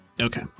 Okay